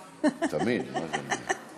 תמיד, מה זה?